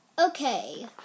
Okay